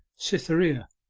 cytherea,